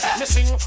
missing